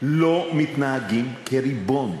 לא מתנהגים כריבון?